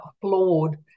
flawed